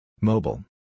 Mobile